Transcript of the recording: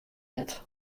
net